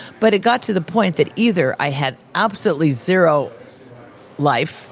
but it got to the point that either i had absolutely zero life